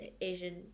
Asian